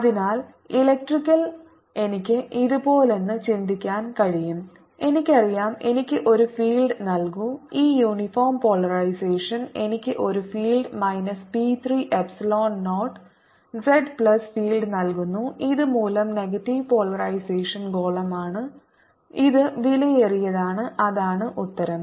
അതിനാൽ ഇലക്ട്രിക്കൽ എനിക്ക് ഇതുപോലൊന്ന് ചിന്തിക്കാൻ കഴിയും എനിക്കറിയാം എനിക്ക് ഒരു ഫീൽഡ് നൽകൂ E യൂണിഫോം പോളറൈസേഷൻ എനിക്ക് ഒരു field minus P 3 epsilon 0 z plus field നൽകുന്നു ഇതുമൂലം നെഗറ്റീവ് പോളറൈസേഷൻ ഗോളമാണ് ഇത് വിലയേറിയതാണ് അതാണ് ഉത്തരം